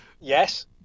Yes